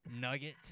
nugget